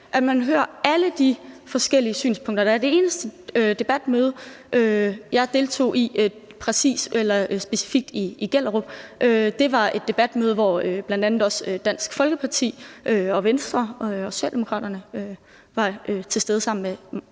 at man hører alle de forskellige synspunkter, der er. Det eneste debatmøde, jeg deltog i specifikt i Gellerup, var et debatmøde, hvor bl.a. Dansk Folkeparti, Venstre og Socialdemokraterne var til stede sammen med